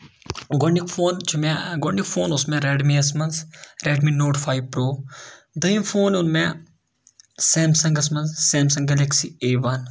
گۄڈٕنیُک فون چھُ مےٚ گۄڈٕ نیُک فون اوس مےٚ ریڈمِیس منٛز ریڈمی نوٹ فایو پرو دوٚیِم فون اوٚن مےٚ سیمسَنگس منٛز سیمسنگ گیلیکسی اے وَن